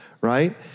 right